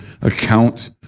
account